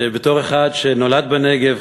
שבתור אחד שנולד בנגב,